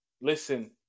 listen